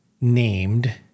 named